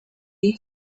would